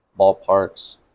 ballparks